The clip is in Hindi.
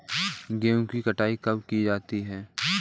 गेहूँ की कटाई कब की जाती है?